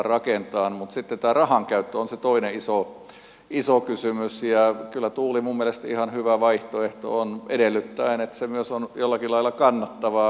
mutta sitten tämä rahankäyttö on se toinen iso kysymys ja kyllä tuuli minun mielestäni ihan hyvä vaihtoehto on edellyttäen että se on myös jollakin lailla kannattavaa